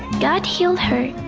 god healed her.